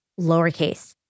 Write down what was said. lowercase